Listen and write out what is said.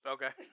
Okay